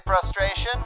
frustration